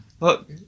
look